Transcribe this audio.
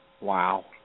Wow